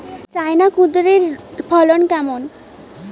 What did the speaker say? China কুঁদরীর ফলন কেমন?